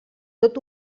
tot